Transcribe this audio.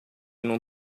num